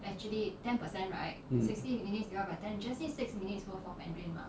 mm